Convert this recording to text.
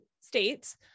states